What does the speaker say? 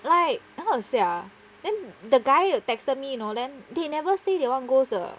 like how to say ah then the guy who texted me you know then they never say they want goes err